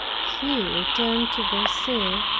he returned to verceil,